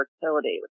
fertility